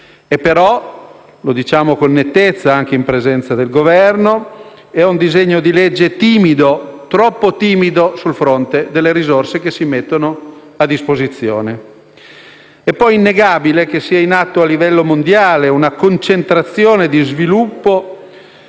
tuttavia diciamo con nettezza, anche in presenza del Governo, che il disegno di legge è timido, troppo timido sul fronte delle risorse che si mettono a disposizione. È poi innegabile che sia in atto a livello mondiale una concentrazione di sviluppo,